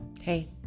hey